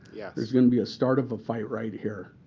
yeah there's going to be a start of a fight right here.